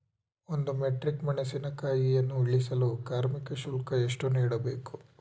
ಒಂದು ಮೆಟ್ರಿಕ್ ಮೆಣಸಿನಕಾಯಿಯನ್ನು ಇಳಿಸಲು ಕಾರ್ಮಿಕ ಶುಲ್ಕ ಎಷ್ಟು ನೀಡಬೇಕು?